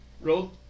Roll